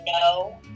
no